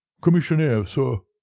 commissionaire, sir,